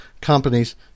companies